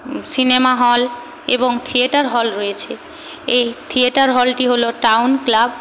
cinema hall এবং theatre hall রয়েছে এই থিয়েটার হলটি হল টাউন ক্লাব